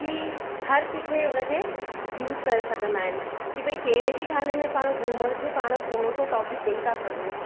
की हर किथे उनखे यूज करे सघंदा आहिनि की भाई कहिड़े बि गाने में पाण घुमर खे पाण थोरो सो टॉपिक ॾेई था सघूं